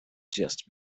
just